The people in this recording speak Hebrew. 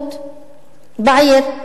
אזרחות בעיר,